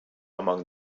among